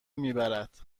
میبرد